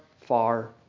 far